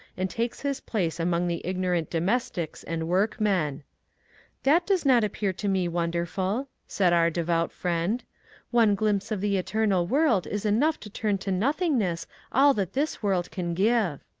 and takes his place among the ignorant domestics and workmen. that does not appear to me wonderful, said our devout friend one glimpse of the eternal world is enough to turn to no thingness all that this world can give.